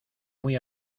muy